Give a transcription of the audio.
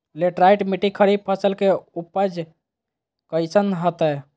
Laterite मिट्टी खरीफ फसल के उपज कईसन हतय?